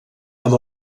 amb